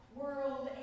world